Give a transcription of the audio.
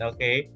Okay